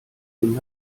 dem